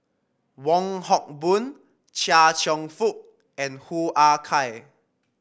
Wong Hock Boon Chia Cheong Fook and Hoo Ah Kay